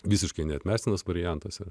visiškai neatmestinas variantas